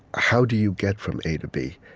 how do you get from a to b?